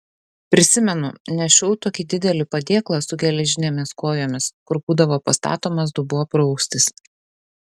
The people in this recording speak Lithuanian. prisimenu nešiau tokį didelį padėklą su geležinėmis kojomis kur būdavo pastatomas dubuo praustis